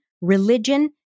religion